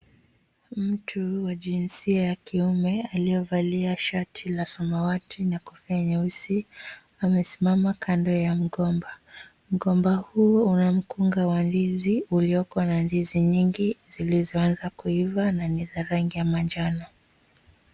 Mtu wa jinsia ya kiume aliyevalia shati la samawati na kofia nyeusi amesimama kando ya mgomba. Mgomba huo una mkunga wa ndizi ulioko na ndizi nyingi zilizoanza kuiva na ni za rangi ya manjano.